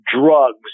drugs